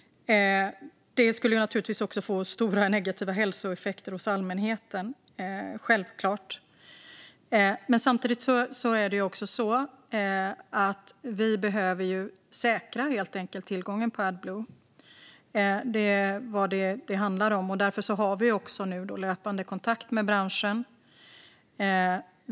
Det skulle naturligtvis också få stora negativa hälsoeffekter hos allmänheten. Samtidigt behöver vi helt enkelt säkra tillgången på Adblue. Det är vad det handlar om. Därför har vi nu också löpande kontakt med branschen.